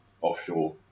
offshore